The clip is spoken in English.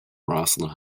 roslyn